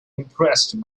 impressed